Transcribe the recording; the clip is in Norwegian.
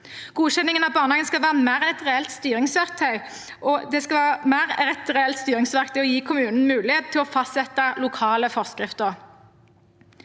Godkjenningen av barnehager skal være mer et reelt styringsverktøy, og det skal gi kommunene mulighet til å fastsette lokale forskrifter.